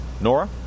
Nora